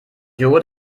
joghurt